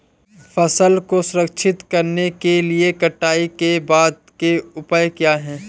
फसल को संरक्षित करने के लिए कटाई के बाद के उपाय क्या हैं?